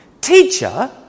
Teacher